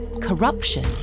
corruption